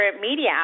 media